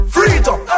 Freedom